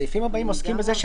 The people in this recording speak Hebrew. הסעיפים הבאים עוסקים בזה,